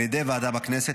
על ידי ועדה בכנסת.